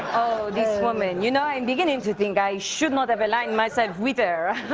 this woman, you know, i'm beginning to think i should not have aligned myself with her.